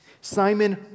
Simon